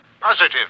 Positive